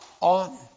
on